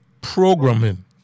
programming